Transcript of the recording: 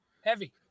Heavy